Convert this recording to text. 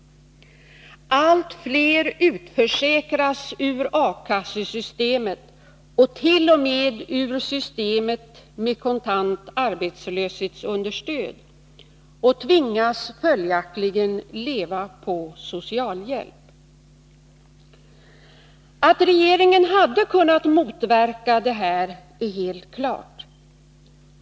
Allt fler utförsäkras ur A-kassesystemet och t.o.m. ur systemet med kontant arbetsmarknadsstöd och tvingas följaktligen leva på socialhjälp. Att regeringen hade kunnat motverka detta är helt klart.